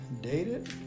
dated